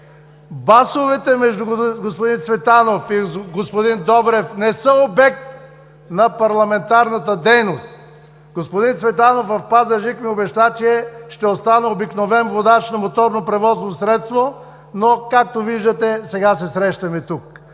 Басовете между господин Цветанов и господин Добрев не са обект на парламентарната дейност. В Пазарджик господин Цветанов ми обеща, че ще остана обикновен водач на моторно превозно средство, но, както виждате, сега се срещаме тук.